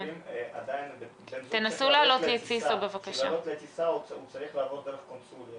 עדיין בשביל לעלות לטיסה הוא צריך לעבור דרך קונסוליה